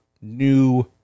new